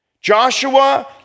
Joshua